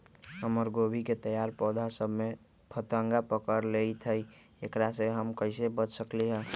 हमर गोभी के तैयार पौधा सब में फतंगा पकड़ लेई थई एकरा से हम कईसे बच सकली है?